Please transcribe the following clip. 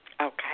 Okay